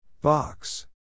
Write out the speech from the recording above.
Box